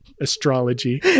Astrology